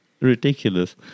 ridiculous